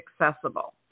accessible